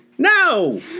No